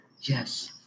Yes